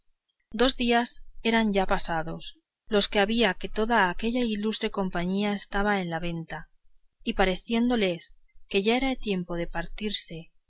dos días eran ya pasados los que había que toda aquella ilustre compañía estaba en la venta y pareciéndoles que ya era tiempo de partirse